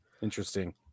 Interesting